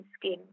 skin